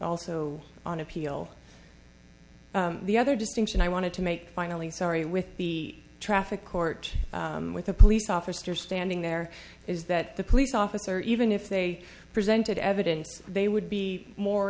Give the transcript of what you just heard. also on appeal the other distinction i wanted to make finally sorry with the traffic court with a police officer standing there is that the police officer even if they presented evidence they would be more